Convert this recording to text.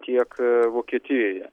tiek vokietijoje